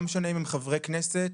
לא משנה אם הם חברי כנסת,